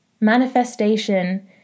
Manifestation